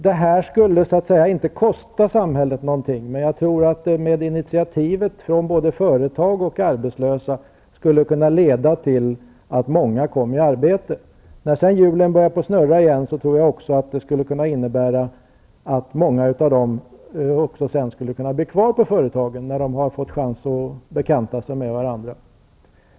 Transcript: Detta skulle inte kosta samhället någonting, men med initiativ från företag och arbetslösa skulle det kunna leda till att många kom i arbete. När hjulen sedan börjar snurra igen skulle det kunna innebära att många av dem blir kvar på företagen. De har då fått en chans att bekanta sig med varandra.